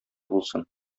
булсын